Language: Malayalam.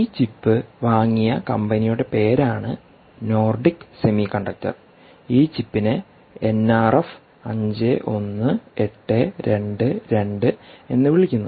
ഈ ചിപ്പ് വാങ്ങിയ കമ്പനിയുടെ പേരാണ് നോർഡിക് സെമികണ്ടക്ടർ ഈ ചിപ്പിനെ എൻആർഎഫ് എന്ന് വിളിക്കുന്നു